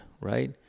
right